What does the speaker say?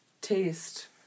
taste